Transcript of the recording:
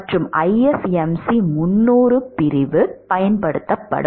மற்றும் ISMC 300 பிரிவு பயன்படுத்தப்படும்